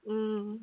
mm